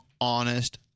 honest